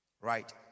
right